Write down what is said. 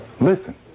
Listen